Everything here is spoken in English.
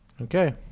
Okay